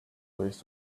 waste